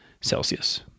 Celsius